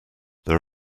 there